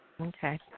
Okay